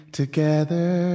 together